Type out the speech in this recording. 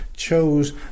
chose